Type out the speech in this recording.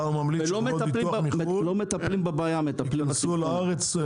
אתה ממליץ שחברות ביטוח מחו"ל יכנסו לארץ?